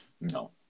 No